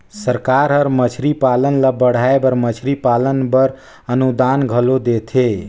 सरकार हर मछरी पालन ल बढ़ाए बर मछरी पालन बर अनुदान घलो देथे